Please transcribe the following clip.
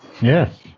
Yes